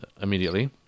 immediately